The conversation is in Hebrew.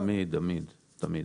תמיד, תמיד.